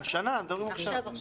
השנה, אנחנו מדברים על עכשיו.